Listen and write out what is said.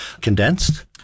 condensed